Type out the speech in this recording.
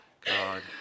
God